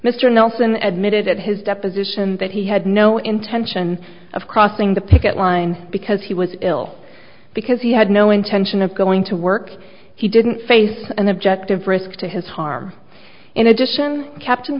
mr nelson admitted at his deposition that he had no intention of crossing the picket lines because he was ill because he had no intention of going to work he didn't face an objective risk to his harm in addition captain